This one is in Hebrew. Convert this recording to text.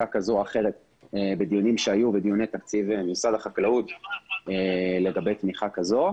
כזאת או אחרת בדיוני תקציב משרד החקלאות שהיו לגבי תמיכה כזאת.